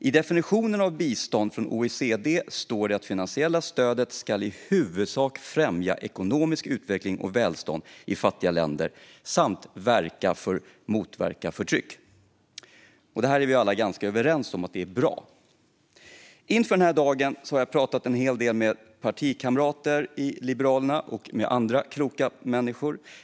I definitionen av bistånd från OECD står att det finansiella stödet i huvudsak ska främja ekonomisk utveckling och välstånd i fattiga länder samt verka för att motverka förtryck. Vi är alla ganska överens om att det är bra. Inför den här dagen har jag pratat en hel del med partikamrater i Liberalerna och med andra kloka människor.